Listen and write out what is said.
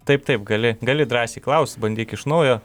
taip taip gali gali drąsiai klaust bandyk iš naujo